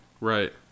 Right